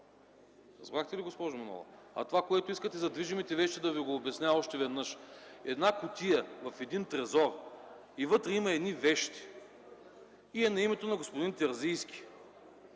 Разбрахте ли, госпожо Манолова? А това, което искате за движимите вещи, да Ви го обясня още веднъж – една кутия в един трезор, и вътре има едни вещи и е на името на господин Терзийски,